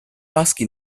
vasca